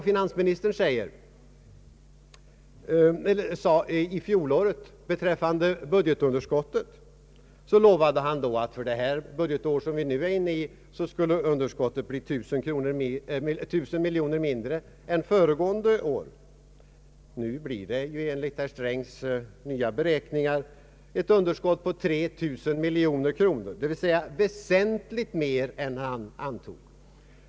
Finansministern lovade i fjol att för det budgetår vi nu är inne i skulle budgetunderskottet bli 1000 miljoner mindre än föregående år. Nu blir det enligt herr Strängs nya beräkningar ett underskott på 3000 miljoner kronor, d.v.s. väsentligt mer än han antog.